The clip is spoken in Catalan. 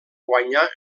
guanyar